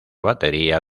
batería